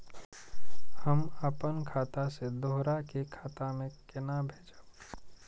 हम आपन खाता से दोहरा के खाता में केना भेजब?